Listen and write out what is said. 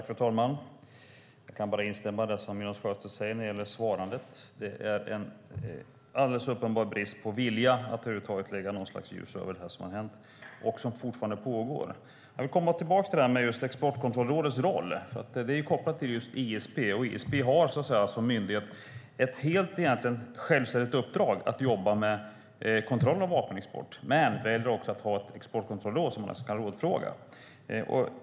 Fru talman! Jag kan bara instämma i det som Jonas Sjöstedt sade när det gäller svarandet. Det råder uppenbar brist på vilja att sprida något som helst ljus över det som har hänt och fortfarande pågår. Låt mig återgå till Exportkontrollrådets roll. ISP har som myndighet ett helt självständigt uppdrag att jobba med kontroll av vapenexport, men man har också ett exportkontrollråd att rådfråga.